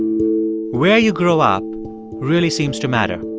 where you grow up really seems to matter.